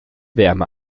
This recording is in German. wärme